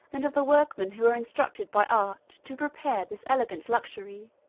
and of the workmen who are instructed by art, to prepare this elegant luxury.